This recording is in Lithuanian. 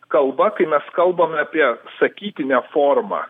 kalba kai mes kalbame apie sakytinę formą